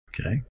Okay